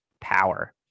power